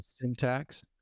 syntax